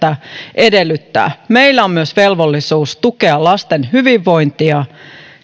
edellyttää meillä on myös velvollisuus tukea lasten hyvinvointia